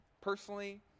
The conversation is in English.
personally